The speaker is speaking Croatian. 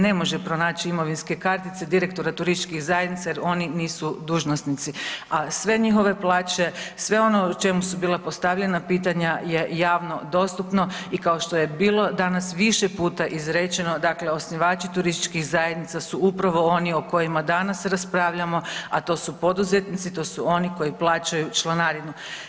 Ne može pronaći imovinske kartice direktora turističkih zajednica jer oni nisu dužnosnici, a sve njihove plaće, sve ono o čemu su bila postavljena pitanja je javno dostupno i kao što je bilo danas više puta izrečeno, dakle osnivači turističkih zajednica su upravo oni o kojima danas raspravljamo, a to su poduzetnici, to su oni koji plaćaju članarinu.